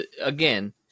Again